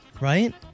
Right